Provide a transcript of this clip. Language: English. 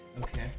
Okay